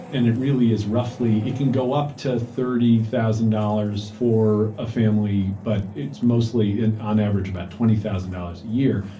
and it really is roughly. it can go up to thirty thousand dollars for a family, but it's mostly, and on average, about twenty thousand dollars a year.